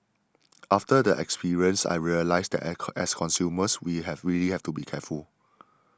after the experience I realised that as consumers we have really have to be careful